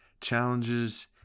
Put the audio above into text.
challenges